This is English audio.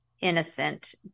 innocent